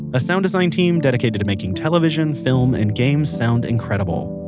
a sound design team dedicated to making television, film, and games sound incredible.